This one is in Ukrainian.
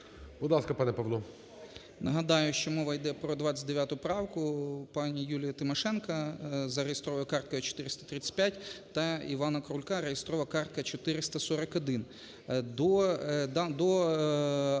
Нагадаю, що мова йде про 29 правку пані Юлії Тимошенко (за реєстровою карткою 435) та Івана Крулька (реєстрована картка 441). До